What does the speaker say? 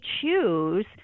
choose